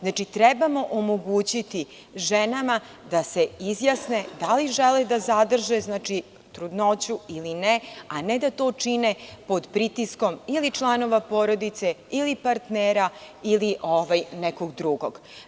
Znači, trebamo omogućiti ženama da se izjasne da li žele da zadrže trudnoću ili ne, a ne da to čine pod pritiskom ili članova porodice ili partnera ili nekog drugog.